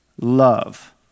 love